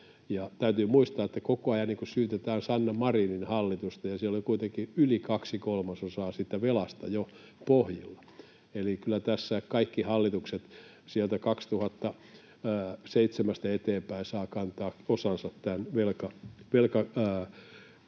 Täytyy muistaa, kun koko ajan syytetään Sanna Marinin hallitusta, että siellä oli kuitenkin yli kaksi kolmasosaa siitä velasta jo pohjilla. Eli kyllä tässä kaikki hallitukset sieltä vuodesta 2007 eteenpäin saavat kantaa osansa tämän velkakehityksen